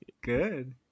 Good